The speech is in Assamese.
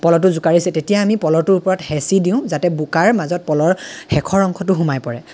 পল'টো জোকাৰিছে তেতিয়াই আমি পল'টোৰ ওপৰত হেঁচি দিওঁ যাতে বোকাৰ মাজত পল'ৰ শেষৰ অংশটো সোমাই পৰে